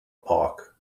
park